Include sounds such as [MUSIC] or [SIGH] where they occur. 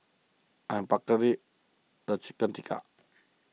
I'm [UNINTELLIGIBLE] the Chicken Tikka